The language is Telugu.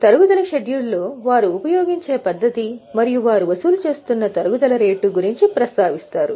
తరుగుదల షెడ్యూల్లో వారు ఉపయోగించే పద్ధతి మరియు వారు వసూలు చేస్తున్న తరుగుదల రేటు గురించి ప్రస్తావిస్తారు